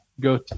go